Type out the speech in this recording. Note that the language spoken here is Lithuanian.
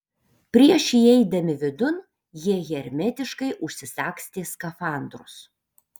prieš įeidami vidun jie hermetiškai užsisagstė skafandrus